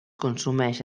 consumeix